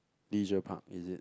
leisure park is it